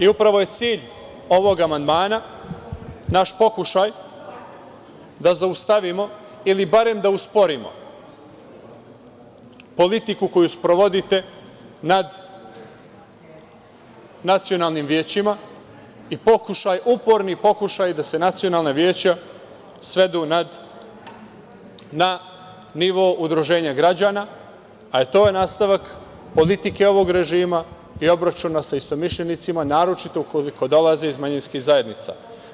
Upravo je cilj ovog amandmana naš pokušaj da zaustavimo ili barem da usporimo politiku koju sprovodite nad nacionalnim većima i uporni pokušaj da se nacionalna veća svedu na nivo udruženja građana, a i to je nastavak politike ovog režima i obračuna sa istomišljenicima, naročito ukoliko dolaze iz manjinskih zajednica.